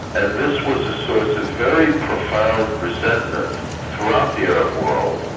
and this was a source of very profound resentment throughout the arab world,